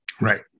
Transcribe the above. right